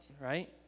right